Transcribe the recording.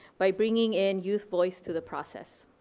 by bringing in youth voice to the process.